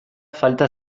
falta